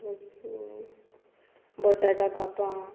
बटाटा कापां